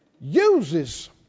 uses